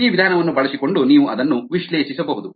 ಈ ವಿಧಾನವನ್ನು ಬಳಸಿಕೊಂಡು ನೀವು ಅದನ್ನು ವಿಶ್ಲೇಷಿಸಬಹುದು